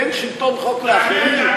ואין שלטון חוק לאחרים?